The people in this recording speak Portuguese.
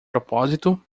propósito